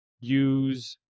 use